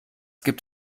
gibt